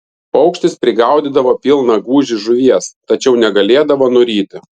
paukštis prigaudydavo pilną gūžį žuvies tačiau negalėdavo nuryti